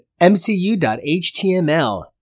MCU.HTML